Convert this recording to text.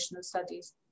studies